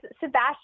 Sebastian